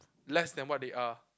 less than what they are